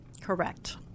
Correct